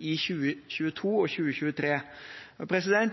i 2022 og 2023.